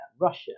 Russia